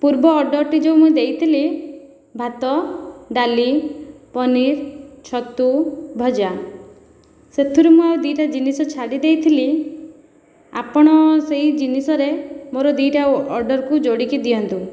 ପୂର୍ବ ଅର୍ଡ଼ରଟି ଯେଉଁ ମୁଁ ଦେଇଥିଲି ଭାତ ଡାଲି ପନିର ଛତୁ ଭଜା ସେଥିରୁ ମୁଁ ଆଉ ଦୁଇଟା ଜିନିଷ ଛାଡ଼ି ଦେଇଥିଲି ଆପଣ ସେହି ଜିନିଷରେ ମୋର ଦୁଇଟା ଆଉ ଅର୍ଡ଼ରକୁ ଯୋଡ଼ିକି ଦିଅନ୍ତୁ